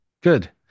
Good